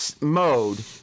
mode